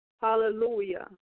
Hallelujah